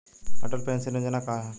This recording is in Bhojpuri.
अटल पेंशन योजना का ह?